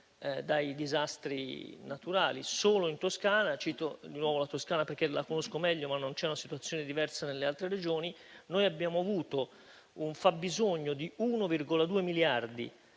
dai disastri naturali. Solo in Toscana - cito di nuovo la Toscana perché la conosco meglio, ma non c'è una situazione diversa nelle altre Regioni - abbiamo avuto un fabbisogno di 1,2 miliardi